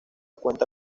cuenta